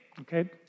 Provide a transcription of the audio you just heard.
Okay